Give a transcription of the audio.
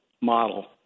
model